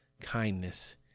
kindness